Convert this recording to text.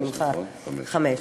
חמש.